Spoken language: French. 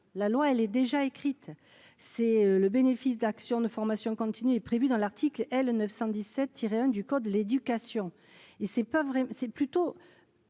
la loi elle est déjà écrite. C'est le bénéfice d'actions de formation continue est prévue dans l'article L 917 tirer 1 du code de l'éducation et c'est pas